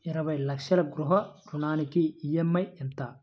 ఇరవై లక్షల గృహ రుణానికి ఈ.ఎం.ఐ ఎంత?